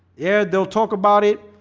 yeah, they'll talk about it.